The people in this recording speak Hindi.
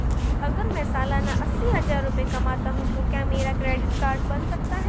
अगर मैं सालाना अस्सी हज़ार रुपये कमाता हूं तो क्या मेरा क्रेडिट कार्ड बन सकता है?